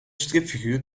stripfiguur